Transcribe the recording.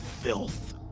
filth